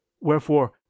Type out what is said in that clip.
wherefore